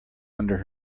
under